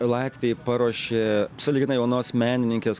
latviai paruošė sąlyginai jaunos menininkės